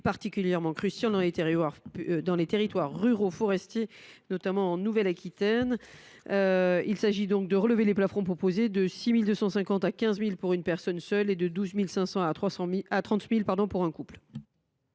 un rôle crucial dans les territoires ruraux forestiers, notamment en Nouvelle Aquitaine. Il s’agit donc de relever les plafonds proposés de 6 250 euros à 15 000 euros pour une personne seule, et de 12 500 euros à 30 000 euros pour un couple.